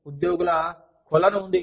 ఉద్యోగుల కొలను ఉంది